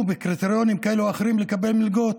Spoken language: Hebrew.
בקריטריונים כאלה או אחרים לקבל מלגות,